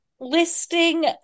listing